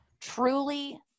truly